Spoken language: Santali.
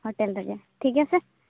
ᱦᱳᱴᱮᱞ ᱨᱮᱜᱮ ᱴᱷᱤᱠ ᱜᱮᱭᱟ ᱥᱮ